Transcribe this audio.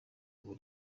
ubu